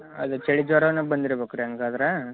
ಅದು ಚಳಿ ಜ್ವರನೇ ಬಂದಿರಬೇಕ್ರಿ ಹಂಗಾದ್ರೆ